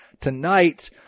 Tonight